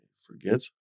forget